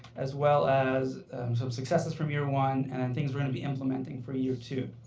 as well as some successes from year one and and things we're going to be implementing for year two.